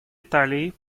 италии